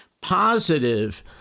positive